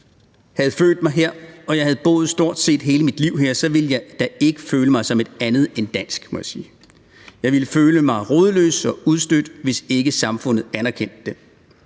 udlandet, havde født mig her og jeg havde boet her stort set hele mit liv, så ville jeg da ikke føle mig som andet end dansk, må jeg sige, og jeg ville føle mig rodløs og udstødt, hvis ikke samfundet anerkendte det.